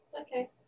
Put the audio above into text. okay